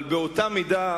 אבל באותה מידה,